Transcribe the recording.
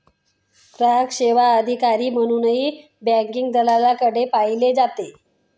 ग्राहक सेवा अधिकारी म्हणूनही बँकिंग दलालाकडे पाहिले जाते